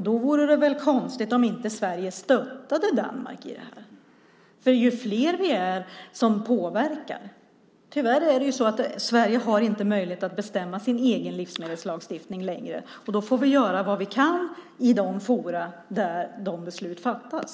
Det vore väl konstigt om inte Sverige stöttade Danmark i den här frågan. Det blir lättare ju fler vi är som påverkar. Tyvärr har Sverige inte möjlighet att bestämma sin egen livsmedelslagstiftning längre. Vi får göra vad vi kan i de forum där beslut fattas.